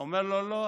אומר לו: לא,